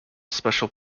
special